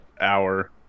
Hour